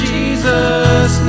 Jesus